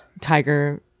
Tiger